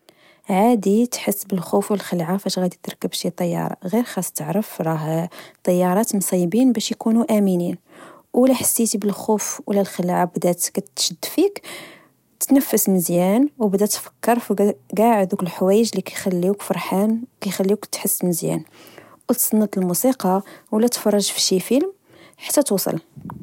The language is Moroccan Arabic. عادي تحس بالخوف والخلعة فاش غدي تركب شي طيارة، غير خاس تعرف راه الطيارات مصيبين باش يكونو أمنين أو لا حسيتي بالخوف أولا الخلعة بدات كتشد فيك تنفس مزيان وبدى تفكر في چاع هادوك الحوايج لكخليوك فرحان وكخليوك تحس مزيان، أو تسنط الموسيقى أولا تفرج في شي فلم حتى توصل